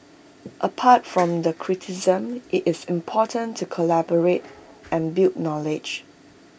apart from the criticism IT is important to collaborate and build knowledge